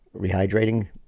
rehydrating